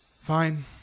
fine